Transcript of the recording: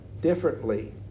differently